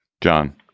John